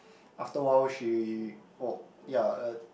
after awhile she oh ya uh